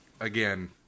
again